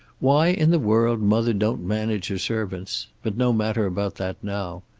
why in the world mother don't manage her servants but no matter about that now.